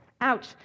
Ouch